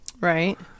Right